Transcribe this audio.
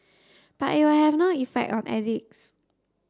but it will have no effect on addicts